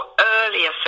earlier